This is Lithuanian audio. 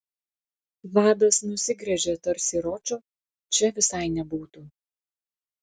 vadas nusigręžė tarsi ročo čia visai nebūtų